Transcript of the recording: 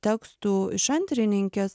tekstų iš antrininkės